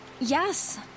Yes